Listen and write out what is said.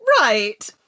Right